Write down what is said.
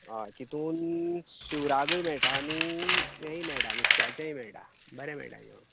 होय तितून शिवराकय मेळटा आनी हेय मेळटा नुस्त्याचेंय मेळटा बरें मेळटा जेवण